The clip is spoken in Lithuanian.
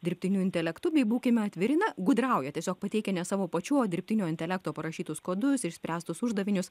dirbtiniu intelektu bei būkime atviri na gudrauja tiesiog pateikia ne savo pačių dirbtinio intelekto parašytus kodus išspręstus uždavinius